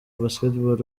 basketball